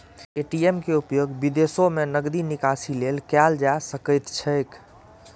ATM के उपयोग विदेशो मे नकदी निकासी लेल कैल जा सकैत छैक